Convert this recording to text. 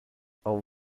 all